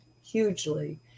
hugely